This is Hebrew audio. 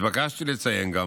נתבקשתי לציין גם